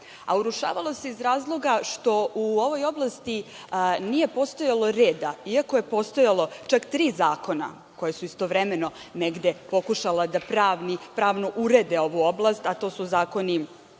Urušavalo se iz razloga što u ovoj oblasti nije postojalo reda iako je postojalo čak tri zakona koja su istovremeno negde pokušala da pravno urede ovu oblast, a to su Zakon o